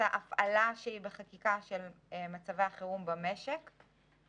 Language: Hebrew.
הפעלה של מצבי החירום במשק בחקיקה.